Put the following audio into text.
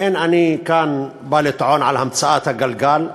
אין אני כאן בא לטעון על המצאת הגלגל,